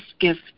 gift